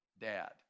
dad